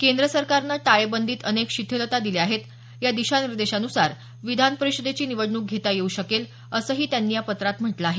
केंद्र सरकारनं टाळेबंदीत अनेक शिथिलता दिल्या आहेत या दिशानिर्देशान्सार विधान परीषदेची निवडणूक घेता येऊ शकेल असं त्यांनी य पत्रात म्हटलं आहे